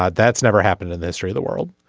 ah that's never happened in the history of the world.